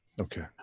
Okay